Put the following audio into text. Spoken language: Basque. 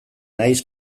naiz